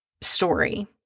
story